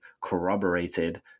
corroborated